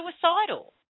suicidal